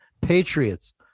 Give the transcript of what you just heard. Patriots